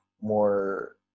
more